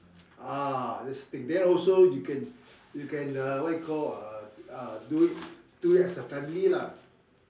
ah that's the thing then also you can you can uh what you call uh do it do it as a family lah